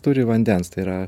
turi vandens tai yra